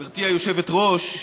היושבת-ראש,